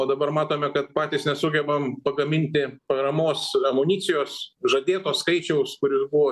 o dabar matome kad patys nesugebam pagaminti paramos amunicijos žadėto skaičiaus kuris buvo